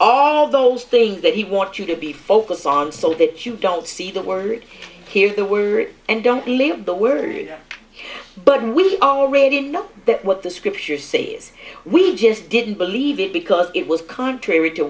all those things that he want you to be focused on so that you don't see the word hear the word and don't believe the word but we already know that what the scriptures say is we just didn't believe it because it was contrary to